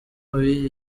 w’iyi